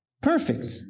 perfect